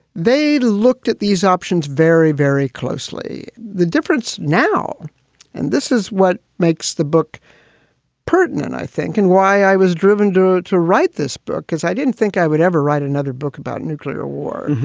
they looked at these options very, very closely the difference now and this is what makes the book pertinent, i think, and why i was driven to to write this book because i didn't think i would ever write another book about nuclear war.